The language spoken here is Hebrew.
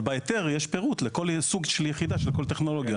אבל בהיתר יש פירוט לכל סוג של יחידה של כל טכנולוגיה.